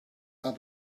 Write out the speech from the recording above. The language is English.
are